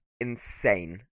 insane